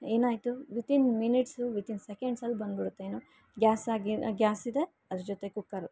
ಏನಾಯಿತು within minutes within ಸೆಕೆಂಡ್ಸಲ್ಲಿ ಬಂದುಬಿಡುತ್ತೇನು ಗ್ಯಾಸ್ ಆಗಿ ಗ್ಯಾಸಿದೆ ಅದ್ರ ಜೊತೆ ಕುಕ್ಕರು